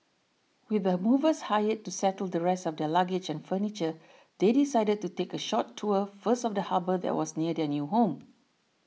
with the movers hired to settle the rest of their luggage and furniture they decided to take a short tour first of the harbour that was near their new home